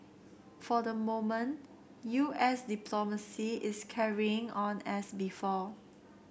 for the moment U S diplomacy is carrying on as before